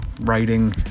writing